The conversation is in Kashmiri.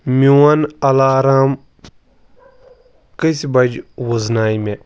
میون الارام کٔژِ بجہِ ؤزنایہِ مےٚ ؟